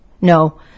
No